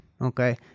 Okay